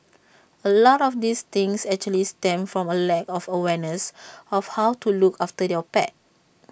A lot of these things actually stem from A lack of awareness of how to look after your pet